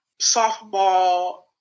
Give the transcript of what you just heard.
softball